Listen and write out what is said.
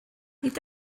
nid